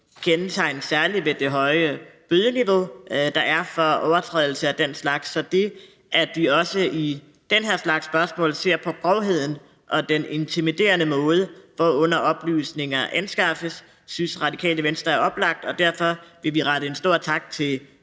kendetegnes ved det høje bødeniveau, der er for overtrædelser af den slags. Så det, at vi også i den her slags spørgsmål ser på grovheden og den intimiderende måde, hvorunder oplysninger anskaffes, synes Radikale Venstre er oplagt, og derfor vil vi rette en stor tak til